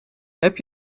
heb